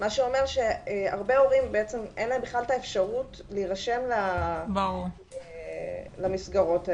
מה שאומר שהרבה הורים אין להם בכלל את האפשרות להירשם למסגרות האלה.